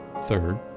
Third